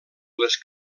les